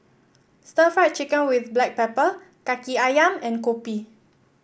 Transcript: Stir Fried Chicken with Black Pepper kaki ayam and kopi